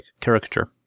caricature